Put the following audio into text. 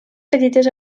petites